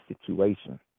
situation